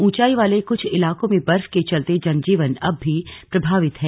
ऊंचाई वाले कुछ इलाकों में बर्फ के चलते जनजीवन अब भी प्रभावित है